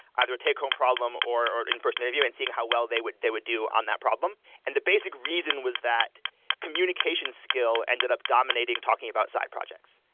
either a take home problem or or in-person interview and seeing how well they would they would do on that problem. and the basic reason was that communication skill ended up dominating talking about side projects.